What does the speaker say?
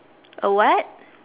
a what